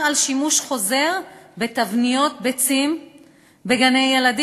שימוש חוזר בתבניות ביצים בגני-ילדים